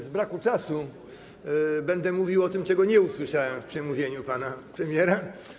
Z braku czasu będę mówił o tym, czego nie usłyszałem w przemówieniu pana premiera.